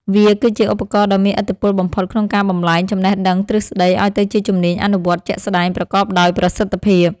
វាគឺជាឧបករណ៍ដ៏មានឥទ្ធិពលបំផុតក្នុងការបំប្លែងចំណេះដឹងទ្រឹស្ដីឱ្យទៅជាជំនាញអនុវត្តជាក់ស្ដែងប្រកបដោយប្រសិទ្ធភាព។